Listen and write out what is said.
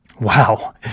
Wow